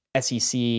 SEC